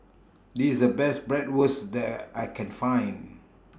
This IS The Best Bratwurst that I Can Find